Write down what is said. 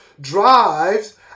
drives